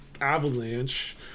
avalanche